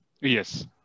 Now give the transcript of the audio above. Yes